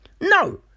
No